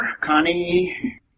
Connie